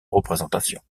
représentation